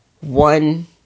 one